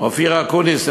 אופיר אקוניס,